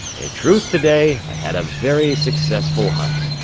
in truth today i had a very successful hunt.